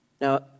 Now